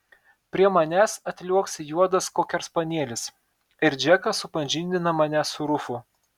prie manęs atliuoksi juodas kokerspanielis ir džekas supažindina mane su rufu